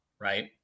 right